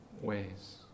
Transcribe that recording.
ways